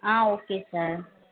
ah okay sir